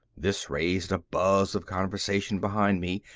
this raised a buzz of conversation behind me,